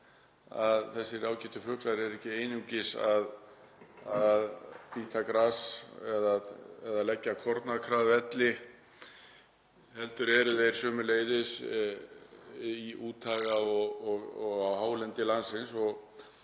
að þessir ágætu fuglar eru ekki einungis að bíta gras eða leggja kornakra að velli heldur eru þeir sömuleiðis í úthaga og á hálendi landsins